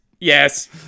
yes